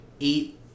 eight